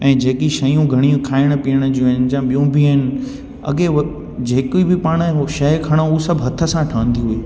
ऐं जेकी शयूं घणियूं खाइण पीअण जी आहिनि जा ॿियूं बि आहिनि अॻे उहो जेकी बि पाण कुझु शइ खणूं सभु हथ सां ठहंदी हुयूं